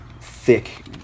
thick